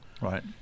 Right